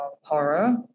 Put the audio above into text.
horror